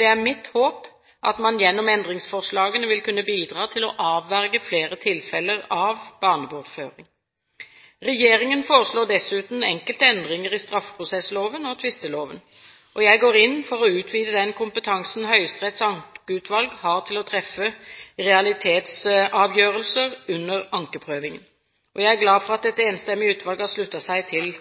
Det er mitt håp at man gjennom endringsforslagene vil kunne bidra til å avverge flere tilfeller av barnebortføring. Regjeringen foreslår dessuten enkelte endringer i straffeprosessloven og tvisteloven. Jeg går inn for å utvide den kompetansen Høyesteretts ankeutvalg har til å treffe realitetsavgjørelser under ankeprøvingen. Jeg er glad for at et enstemmig utvalg har sluttet seg til